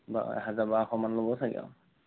হাজাৰ বাৰশমান ল'ব চাগৈ আৰু